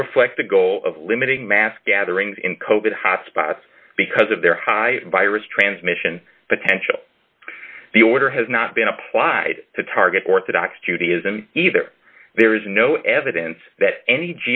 they reflect the goal of limiting mass gatherings in copenhagen spots because of their high virus transmission potential the order has not been applied to target orthodox judaism either there is no evidence that any